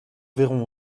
verront